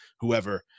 whoever